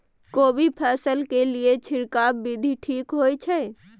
कोबी फसल के लिए छिरकाव विधी ठीक होय छै?